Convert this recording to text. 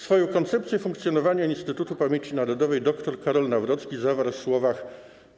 Swoją koncepcję funkcjonowania Instytutu Pamięci Narodowej dr Karol Nawrocki zawarł w słowach: